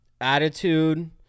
attitude